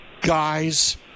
guys